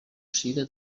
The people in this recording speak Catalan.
siga